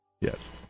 Yes